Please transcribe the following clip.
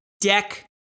Deck